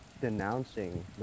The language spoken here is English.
denouncing